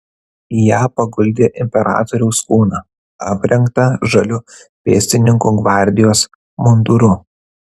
į ją paguldė imperatoriaus kūną aprengtą žaliu pėstininkų gvardijos munduru